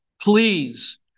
Please